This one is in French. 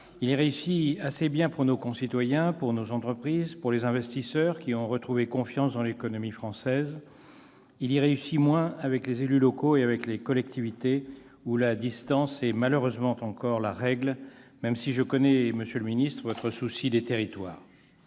Il y réussit assez bien pour nos concitoyens, pour nos entreprises et pour les investisseurs, qui ont retrouvé confiance dans l'économie française. Il y réussit moins avec les élus locaux et avec les collectivités, avec lesquels la distance est malheureusement encore la règle, même si je connais votre souci des territoires,